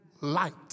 light